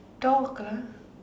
talk lah